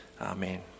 Amen